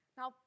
Now